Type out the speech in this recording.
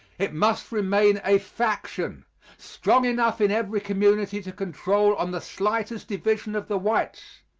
it must remain a faction strong enough in every community to control on the slightest division of the whites.